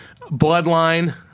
Bloodline